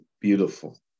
beautiful